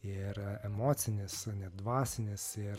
ir emocinis net dvasinis ir